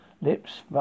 Lips